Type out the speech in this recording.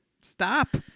stop